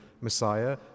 Messiah